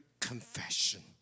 confession